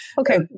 Okay